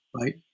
right